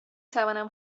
توانم